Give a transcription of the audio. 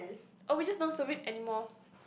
oh we just don't serve it anymore